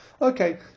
Okay